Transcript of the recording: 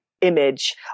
image